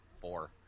four